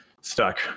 stuck